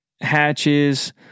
hatches